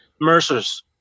Mercer's